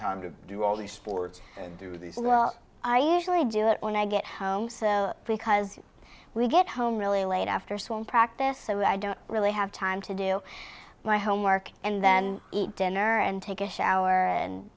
time to do all the sports and do this well i usually do it when i get home so because we get home really late after swim practice so i don't really have time to do my homework and then eat dinner and take a shower and